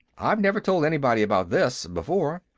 i've never told anybody about this, before.